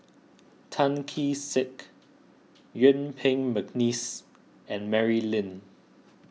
Tan Kee Sek Yuen Peng McNeice and Mary Lim